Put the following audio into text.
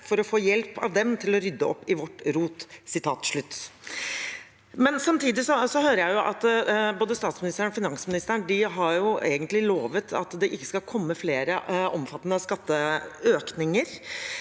for å få hjelp av dem til å rydde opp i vårt rot.» Samtidig hører jeg at både statsministeren og finansministeren egentlig har lovet at det ikke skal komme flere omfattende skatteøkninger.